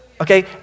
okay